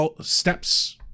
steps